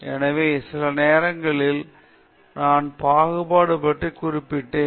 எனவே சில நேரங்களில் நான் பாகுபாடு பற்றி குறிப்பிட்டேன்